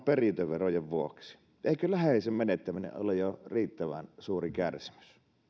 perintöverojen vuoksi eikö läheisen menettäminen ole jo riittävän suuri kärsimys